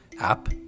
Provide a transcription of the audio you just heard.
app